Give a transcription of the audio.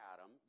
Adam